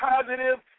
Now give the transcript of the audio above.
positive